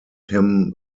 him